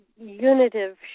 Unitive